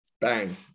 Bang